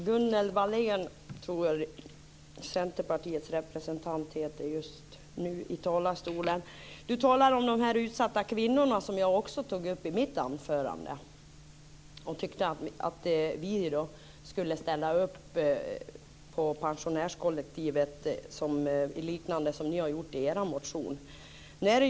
Fru talman! Gunnel Wallin talar om de utsatta kvinnor som jag också tog upp i mitt anförande. Hon tyckte att vi skulle ställa upp på pensionärskollektivet på samma sätt som ni har gjort i er motion.